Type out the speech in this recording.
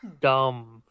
dumb